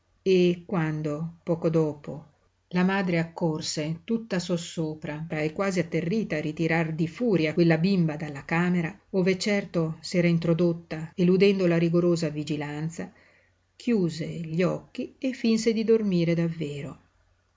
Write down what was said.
e quando poco dopo la madre accorse tutta sossopra e quasi atterrita a ritirar di furia quella bimba dalla camera ove certo s'era introdotta eludendo la rigorosa vigilanza chiuse gli occhi e finse di dormire davvero